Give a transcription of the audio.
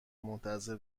منتظر